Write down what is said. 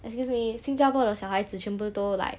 excuse me 新加坡的小孩子全部都 like